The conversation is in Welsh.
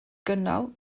gynnal